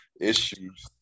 issues